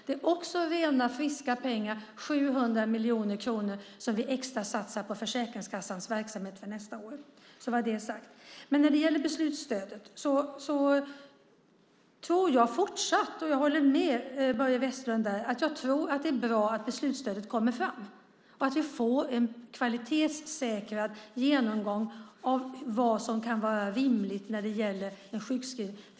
Det är också rena friska pengar, 700 miljoner kronor, som vi extrasatsar på Försäkringskassans verksamhet nästa år. När det gäller beslutsstödet tror jag fortsatt - jag håller med Börje Vestlund där - att det är bra att beslutsstödet kommer fram och att vi får en kvalitetssäkrad genomgång av vad som kan vara rimligt när det gäller sjukskrivning.